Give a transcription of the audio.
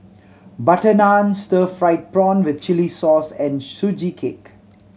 butter naan stir fried prawn with chili sauce and Sugee Cake